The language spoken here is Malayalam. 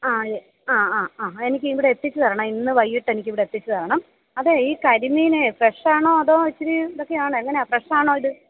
ആയെ അ അ അ എനിക്ക് ഇവിടെ എത്തിച്ചു തരണം ഇന്ന് വൈകിട്ട് എനിക്ക് ഇവിടെ എത്തിച്ചു തരണം അതെ ഈ കരിമീൻ ഫ്രഷ് ആണോ അതോ ഇച്ചിരി ഇതൊക്കെയാണോ എങ്ങനെയാണ് ഫ്രഷ് ആണോ ഇത്